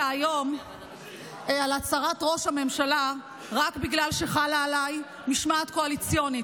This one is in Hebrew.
היום על הצהרת ראש הממשלה רק בגלל שחלה עליי משמעת קואליציונית.